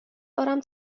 دارم